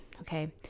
okay